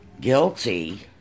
guilty